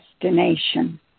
destination